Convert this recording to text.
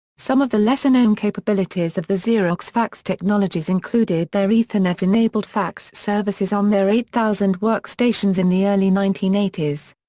some of the lesser known capabilities of the xerox fax technologies included their ethernet enabled fax services on their eight thousand workstations in the early nineteen eighty s.